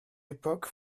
époque